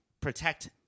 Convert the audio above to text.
protect